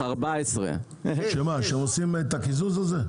14. שמה, שעושות את הקיזוז הזה?